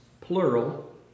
plural